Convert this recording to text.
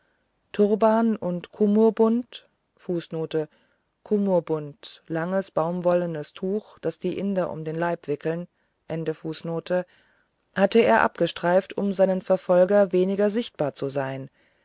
turban und kummurbundkummurbund langes baumwollenes tuch das die inder um den leib wickeln hatte er abgestreift um seinen verfolgern weniger sichtbar zu sein